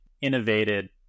innovated